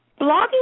Blogging